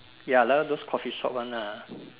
ya like all those Coffee shop one lah